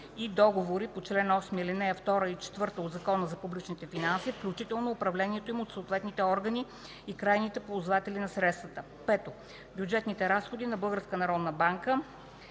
и договори по чл. 8, ал. 2 и 4 от Закона за публичните финанси, включително управлението им от съответните органи и крайните ползватели на средствата; 5. бюджетните разходи на